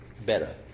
better